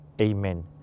Amen